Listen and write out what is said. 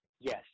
yes